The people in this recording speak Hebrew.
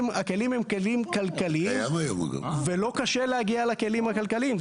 הכלים הם כלים כלכליים ולא קשה להגיע לכלים הכלכליים.